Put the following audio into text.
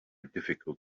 difficult